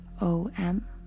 OM